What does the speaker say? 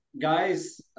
guys